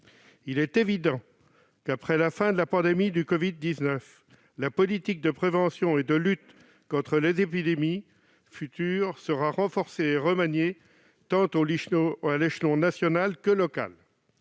Il est évident que, après la fin de la pandémie de covid-19, la politique de prévention et de lutte contre les épidémies sera renforcée et remaniée, tant à l'échelon national qu'à